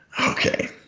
okay